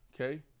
okay